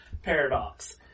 paradox